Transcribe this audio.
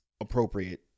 appropriate